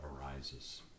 arises